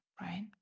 right